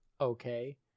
okay